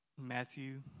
Matthew